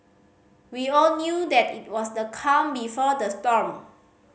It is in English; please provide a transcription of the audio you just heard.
we all knew that it was the calm before the storm